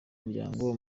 muryango